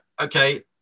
okay